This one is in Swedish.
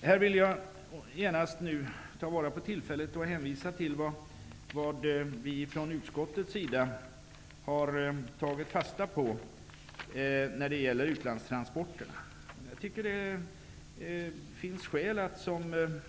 Här vill jag ta vara på tillfället och hänvisa till vad vi i utskottet har tagit fasta på när det gäller utlandstransporterna. Det finns skäl att som